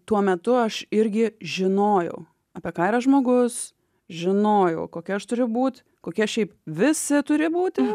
tuo metu aš irgi žinojau apie ką yra žmogus žinojau kokia aš turiu būt kokie šiaip visi turi būti